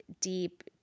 deep